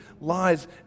lies